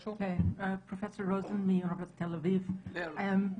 6 כבודו אמר --- אדוני, סליחה.